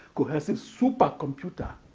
cohesive supercomputer.